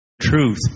Truth